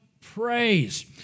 praise